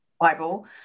bible